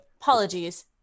Apologies